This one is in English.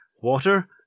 water